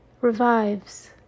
revives